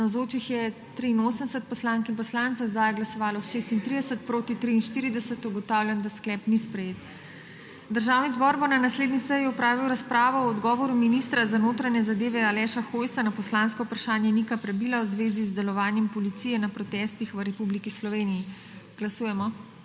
Za je glasovalo 36, proti 43. (Za je glasovalo 36.) (Proti 43.) Ugotavljam, da sklep ni sprejet. Državni zbor bo na naslednji seji opravil razpravo o odgovoru ministra za notranje zadeve Aleša Hojsa na poslansko vprašanje Nika Prebila v zvezi z delovanjem policije na protestih v Republiki Sloveniji. Glasujemo.